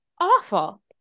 awful